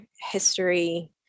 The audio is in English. history